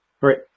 right